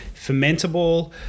fermentable